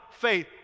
faith